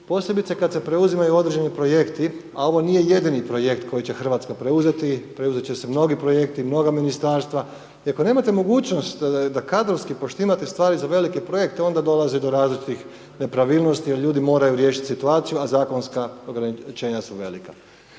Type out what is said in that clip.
posebice kada se preuzimaju određeni projekti, a ovo nije jedini projekt koji će Hrvatska preuzeti, preuzeti će se mnogi projekti, mnoga ministarstva i ako nemate mogućnosti da kadrovski poštimate stvari za velike projekte onda dolazi do različitih nepravilnosti, jer ljudi moraju riješiti situaciju, a zakonska ograničenja su velika.